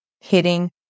hitting